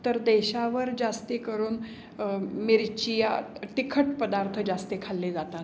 तर देशावर जास्त करून मिरची या तिखट पदार्थ जास्त खाल्ले जातात